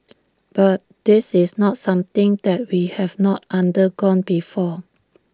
but this is not something that we have not undergone before